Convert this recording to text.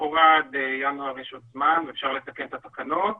לכאורה עד ינואר יש עוד זמן ואפשר לתקן את התקנות